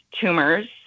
tumors